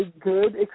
good